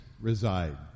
reside